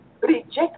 Reject